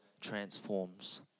transforms